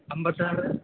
അൻപത്താറ്